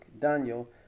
Daniel